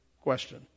question